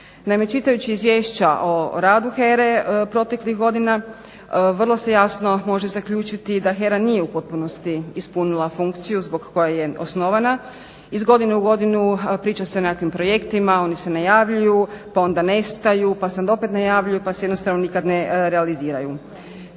Naime, čitajući izvješća o radu HERA-e proteklih godina, vrlo se jasno može zaključiti da HERA nije u potpunosti ispunila funkciju zbog koje je osnovana. Iz godine u godinu priča se o nekim projektima oni se ne javljaju, pa onda nestaju, pa se onda najavljuju, pa se jednostavno nikada ne realiziraju.